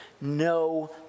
no